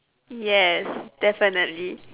yes definitely